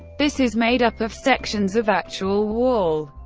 this is made up of sections of actual wall,